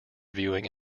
viewing